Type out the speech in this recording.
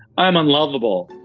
i'm unlovable.